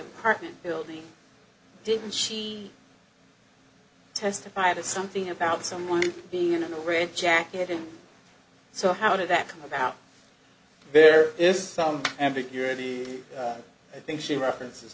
apartment building didn't see testify that something about someone being in a rain jacket and so how did that come about there is some ambiguity i think she references